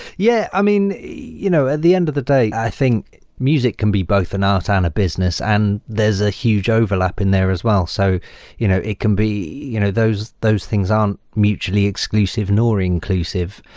yeah. i mean, you know at the end of the day, i think music can be both an art ah and a business and there's a huge overlap in there as well. so you know it can be you know those those things aren't mutually exclusive nor inclusive.